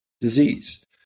disease